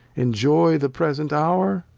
enjoy the present hour,